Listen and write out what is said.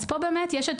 פה יש את